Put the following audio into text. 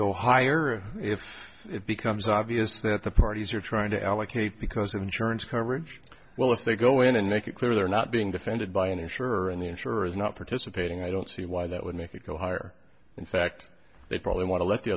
go higher if it becomes obvious that the parties are trying to allocate because insurance coverage well if they go in and make it clear they're not being defended by an insurer and the insurer is not participating i don't see why that would make it go higher in fact they probably want to let the